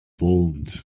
poland